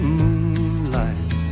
moonlight